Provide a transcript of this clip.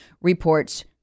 reports